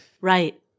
Right